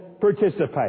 participate